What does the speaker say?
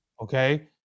Okay